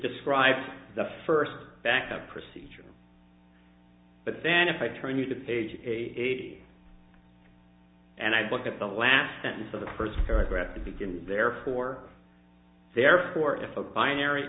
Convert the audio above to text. describes the first backup procedure but then if i turn to page eighty and i look at the last sentence of the first paragraph to begin therefore therefore if a binary